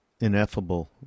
ineffable